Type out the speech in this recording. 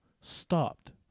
stopped